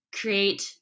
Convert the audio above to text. create